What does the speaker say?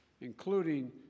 including